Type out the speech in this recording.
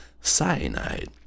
cyanide